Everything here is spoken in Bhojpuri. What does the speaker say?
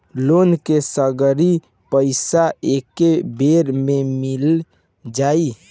लोन के सगरी पइसा एके बेर में मिल जाई?